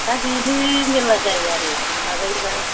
दा बेनो मेरला जायो आरो माबायोबा